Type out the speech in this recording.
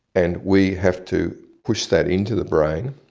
and we have to push that into the brain,